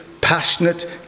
passionate